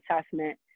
assessment